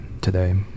today